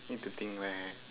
need to think back